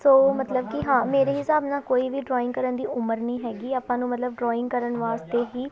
ਸੋ ਮਤਲਬ ਕਿ ਹਾਂ ਮੇਰੇ ਹਿਸਾਬ ਨਾਲ ਕੋਈ ਵੀ ਡਰੋਇੰਗ ਕਰਨ ਦੀ ਉਮਰ ਨਹੀਂ ਹੈਗੀ ਆਪਾਂ ਨੂੰ ਮਤਲਬ ਡਰੋਇੰਗ ਕਰਨ ਵਾਸਤੇ ਹੀ